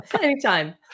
anytime